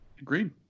Agreed